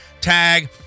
tag